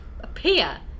appear